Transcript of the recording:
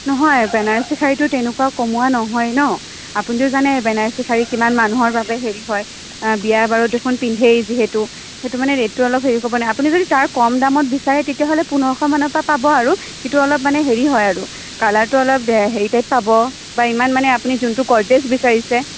নহয় বেনাৰসী শাড়ীতো তেনেকুৱা কমোৱা নহয় ন আপুনিতো জানেই বেনাৰসী শাড়ী কিমান মানুহৰ বাবে হেৰি হয় বিয়া বাৰুত দেখোন পিন্ধেই যিহেতু সেইটো কাৰণে ৰেটতো অলপ হেৰি কৰিব নোৱাৰি আপুনি যদি তাৰ কম দামত বিচাৰে তেতিয়াহ'লে পোন্ধৰশ মানৰ পৰা পাব আৰু কিন্তু অলপ মানে হেৰি হয় আৰু কালাৰটো অলপ হেৰি টাইপ পাব বা ইমান মানে আপুনি যোনটো গৰ্জিয়াছ বিচাৰিছে